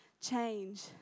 change